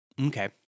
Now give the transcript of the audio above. Okay